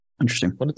Interesting